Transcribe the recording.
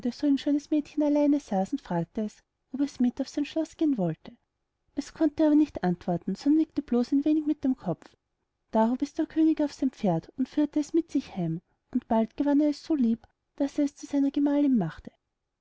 so schönes mädchen allein saß und fragte es ob es mit auf sein schloß gehen wollte es konnte aber nicht antworten sondern nickte bloß ein wenig mit dem kopf da hob es der könig auf sein pferd und führte es mit sich heim und bald gewann er es so lieb daß er es zu seiner gemahlin machte